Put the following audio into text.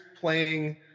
playing